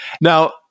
Now